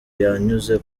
yanyuze